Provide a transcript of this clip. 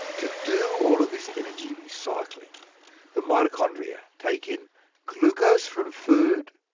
to do all of this energy-recycling the mitochondria take in glucose from food,